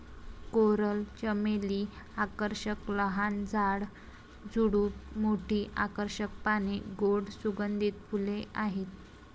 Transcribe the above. coral चमेली आकर्षक लहान झाड, झुडूप, मोठी आकर्षक पाने, गोड सुगंधित फुले आहेत